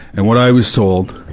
and what i was told,